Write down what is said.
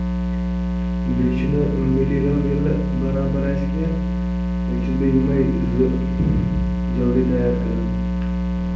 بیٚیہِ چھُ نہٕ مٹیریل ییٚلہِ نہ برابر آسہِ کیٚنٛہہ تیٚلہِ چھُس بہٕ یِمے زٕ جلدی تَیار کَران